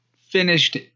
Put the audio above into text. finished